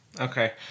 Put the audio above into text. Okay